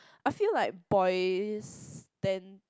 I feel like boys tend